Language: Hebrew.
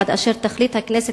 עד אשר תחליט הכנסת,